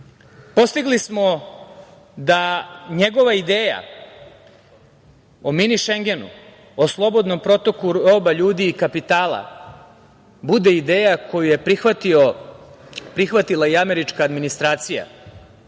Srbije. Postigli smo da njegova ideja o Mini Šengenu, o slobodnom protoku roba, ljudi i kapitala, bude ideja koju je prihvatila i američka administracija,